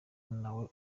nawe